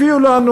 הביאו לנו